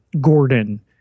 gordon